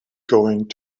going